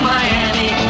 Miami